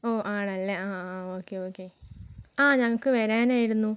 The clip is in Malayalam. ഓ ആണല്ലേ ആ ആ ഓക്കേ ഓക്കേ ആ ഞങ്ങൾക്ക് വരാനായിരുന്നു